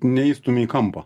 neįstumi į kampą